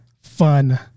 fun